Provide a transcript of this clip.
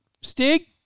Stig